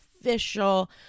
official